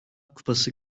kupası